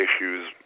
issues